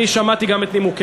אני שמעתי גם את נימוקיך,